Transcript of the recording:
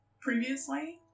previously